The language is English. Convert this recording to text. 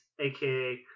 aka